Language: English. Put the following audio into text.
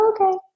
okay